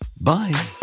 Bye